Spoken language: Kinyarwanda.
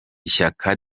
ishyaka